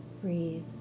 Breathe